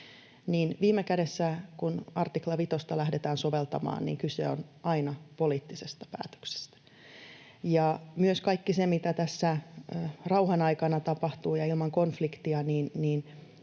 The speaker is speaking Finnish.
viime kädessä, kun artikla vitosta lähdetään soveltamaan, kyse on aina poliittisesta päätöksestä. Ja myös kaikessa siinä, mitä tässä tapahtuu rauhan aikana ja ilman konfliktia,